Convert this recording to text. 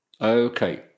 okay